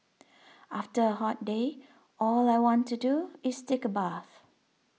after a hot day all I want to do is take a bath